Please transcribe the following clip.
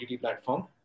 platform